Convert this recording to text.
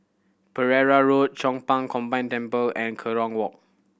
Pereira Road Chong Pang Combined Temple and Kerong Walk